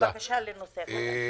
לבקשה לנושא חדש.